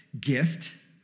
Gift